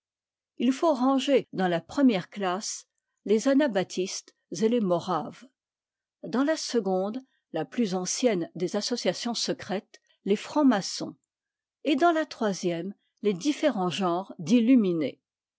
il faut ranger dans la première classe les anabaptistes et les moraves dans la seconde la plus ancienne des associations secrètes les francs maçons et dans la troisième les différents genres